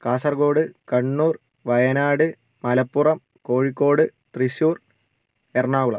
Kasaragod Kannur Wayanad Malappuram Kozhikode Thrissur Ernakulam